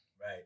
Right